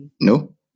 No